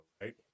right